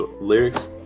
lyrics